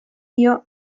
dio